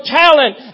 talent